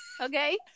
Okay